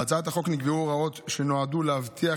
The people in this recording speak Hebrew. בהצעת החוק נקבעו הוראות שנועדו להבטיח